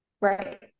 right